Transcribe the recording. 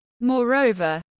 Moreover